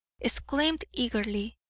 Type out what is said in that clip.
exclaimed eagerly,